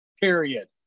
Period